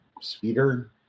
speeder